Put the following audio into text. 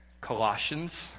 Colossians